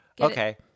Okay